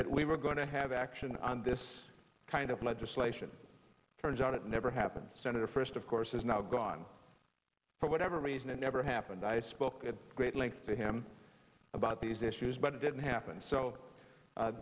that we were going to have action on this kind of legislation turns out it never happens senator frist of course is now gone for whatever reason it never happened i spoke at great length to him about these issues but it didn't happen so